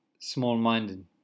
small-minded